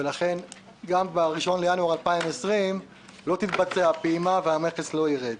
ולכן גם ב-1 בינואר 2020 לא תתבצע הפעימה והמכס לא ירד.